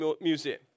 Museum